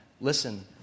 Listen